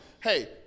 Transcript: hey